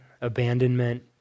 abandonment